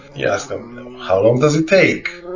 you ask them how long does it take?